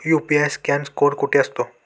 UPI scan code कुठे असतो?